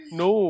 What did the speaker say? no